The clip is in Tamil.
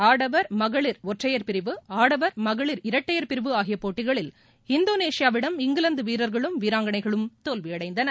ஆடவர் மகளிர் ஒற்றையர் பிரிவு ஆடவர் மகளிர் இரட்டையர் பிரிவு ஆகிய போட்டிகளில் இந்தோனேஷிபாவிடம் இங்கிலாந்து வீரர்களும் வீராங்கனைகளும் தோல்வியடைந்தனர்